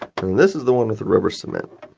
this is the one with the rubber cement.